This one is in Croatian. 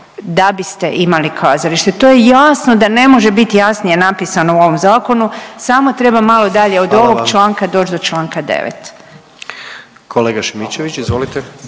da biste imali kazalište. To je jasno da ne može biti jasnije napisano u ovom zakonu. Samo treba malo dalje od ovog članka doći do članak 9. **Jandroković, Gordan